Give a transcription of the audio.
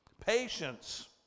patience